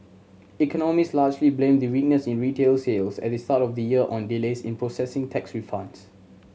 economists largely blame the weakness in retail sales at the start of the year on delays in processing tax refunds